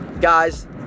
Guys